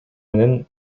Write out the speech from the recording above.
менен